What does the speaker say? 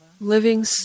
Living